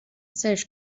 ceļš